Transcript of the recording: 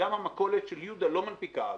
וגם המכולת של יהודה לא מנפיקה אג"ח.